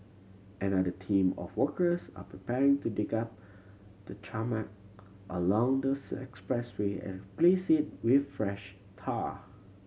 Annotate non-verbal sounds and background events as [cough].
another team of workers are preparing to dig up the tarmac along the [unintelligible] expressway and place it with fresh tar